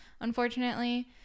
unfortunately